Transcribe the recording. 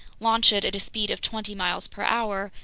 launch it at a speed of twenty miles per hour,